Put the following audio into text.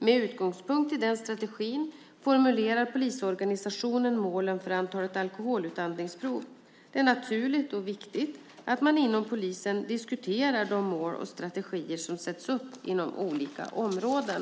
Med utgångspunkt i den strategin formulerar polisorganisationen målen för antalet alkoholutandningsprov. Det är naturligt och viktigt att man inom polisen diskuterar de mål och strategier som sätts upp inom olika områden.